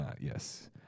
Yes